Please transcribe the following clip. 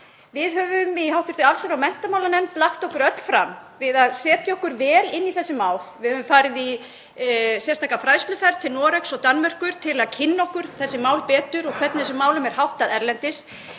Við höfum í hv. allsherjar- og menntamálanefnd lagt okkur öll fram við að setja okkur vel inn í þessi mál. Við höfum farið í sérstaka fræðsluferð til Noregs og Danmerkur til að kynna okkur þessi mál betur og hvernig þessum málum er háttað erlendis.